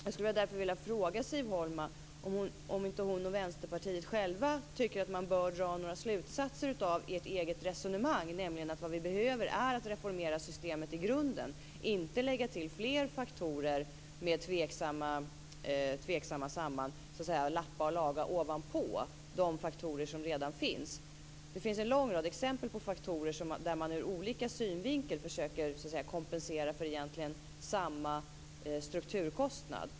Jag skulle därför vilja fråga Siv Holma om inte hon och Vänsterpartiet själva tycker att man bör dra några slutsatser av deras eget resonemang, nämligen att vad vi behöver är att reformera systemet i grunden - inte lägga till fler faktorer med tveksamma samband och lappa och laga ovanpå de faktorer som redan finns. Det finns en lång rad exempel på faktorer där man ur olika synvinkel försöker kompensera för vad som egentligen är samma strukturkostnad.